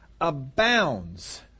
abounds